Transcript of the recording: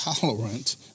tolerant